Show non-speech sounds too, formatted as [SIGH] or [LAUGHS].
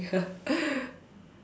[LAUGHS]